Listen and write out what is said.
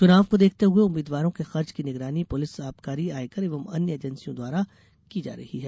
चुनाव को देखते हुए उम्मीदवारों के खर्च की निगरानी पुलिस आबकारी आयकर एवं अन्य एजेंसियों द्वारा किया जा रहा है